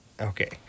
Okay